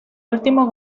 último